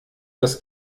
das